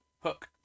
Hook